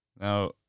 Now